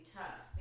tough